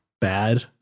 bad